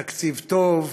תקציב טוב,